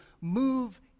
move